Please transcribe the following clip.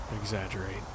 exaggerate